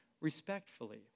respectfully